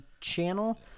channel